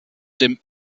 dem